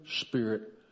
Spirit